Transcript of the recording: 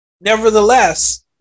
Nevertheless